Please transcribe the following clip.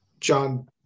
John